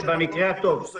אבל יש איום קבוע ומתמיד